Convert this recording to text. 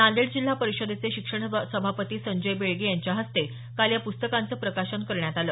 नांदेड जिल्हा परिषदेचे शिक्षण सभापती संजय बेळगे यांच्या हस्ते काल या पुस्तकांचं प्रकाशन करण्यात आलं